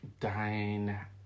Dine